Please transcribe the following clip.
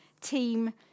team